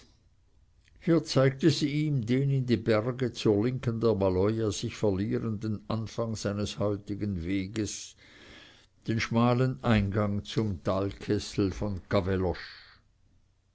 hier zeigte sie ihm den in die berge zur linken der maloja sich verlierenden anfang seines heutigen weges den schmalen eingang zum talkessel von